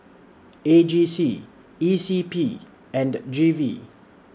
A G C E C P and G V